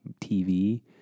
tv